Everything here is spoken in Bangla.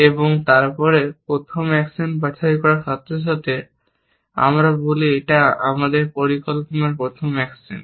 এবং তারপরে প্রথম অ্যাকশন বাছাই করার সাথে সাথে আমরা বলি এটা আমাদের পরিকল্পনার প্রথম অ্যাকশন